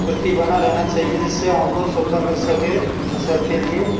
प्रति बना रहना चाहिए जिससे हमको सुविधा मिल सके फसल के लिए